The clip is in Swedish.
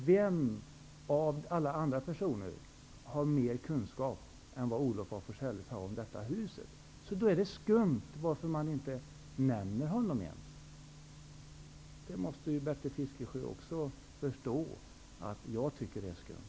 Vem av alla andra personer har mer kunskap om detta hus än vad Olof af Forselles har? Bertil Fiskesjö måste också förstå att jag tycker att det är skumt.